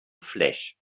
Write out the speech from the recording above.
flesh